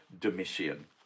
Domitian